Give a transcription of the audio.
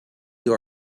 you